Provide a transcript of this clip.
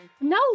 No